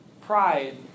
pride